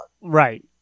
Right